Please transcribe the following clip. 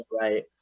right